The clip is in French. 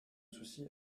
souci